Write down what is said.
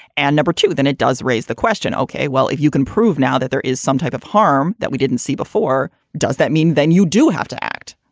and number two, then it does raise the question, ok, well, if you can prove now that there is some type of harm that we didn't see before. does that mean then you do have to act?